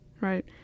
right